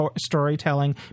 storytelling